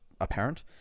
apparent